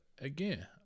again